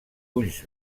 ulls